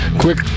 Quick